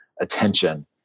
attention